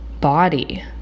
body